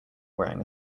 wearing